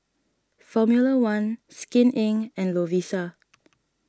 formula one Skin Inc and Lovisa